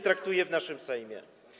traktuje się w naszym Sejmie.